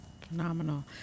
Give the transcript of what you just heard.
Phenomenal